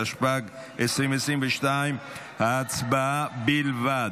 התשפ"ג 2022. הצבעה בלבד,